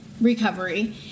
recovery